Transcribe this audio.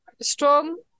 Strong